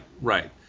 right